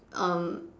um